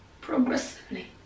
progressively